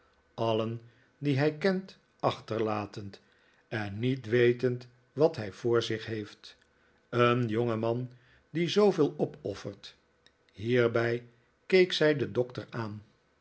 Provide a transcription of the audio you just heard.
alien die hij kent achterlatend en niet wetend wat hij voor zich heeft een jongeman die zooveel opoffert hierbij keek zij den doctor aan